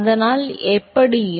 அதனால் எப்படியும்